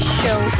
show